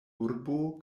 urbo